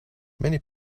many